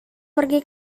pergi